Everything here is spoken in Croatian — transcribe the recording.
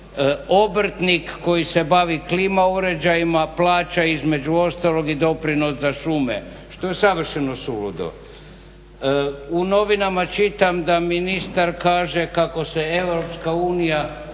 Obrtnik koji se bavi klima uređajima plaća između ostalog i doprinos za šume, što je savršeno suludo. U novinama čitam da ministar kaže kako se EU ugleda